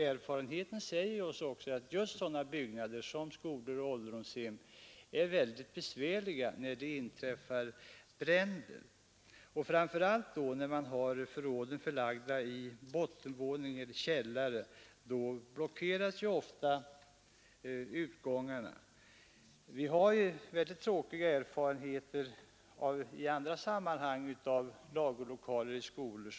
Erfarenheterna säger att just sådana byggnader är mycket besvärliga när det inträffar bränder, framför allt när förråden är inrymda i bottenvåningen eller källaren — då blockeras ofta utgångarna. Vi har mycket tråkiga erfarenheter i andra sammanhang av lagerlokaler i skolor.